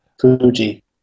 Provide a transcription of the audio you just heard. fuji